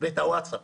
ואת הווטסאפ